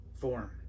form